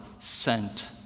sent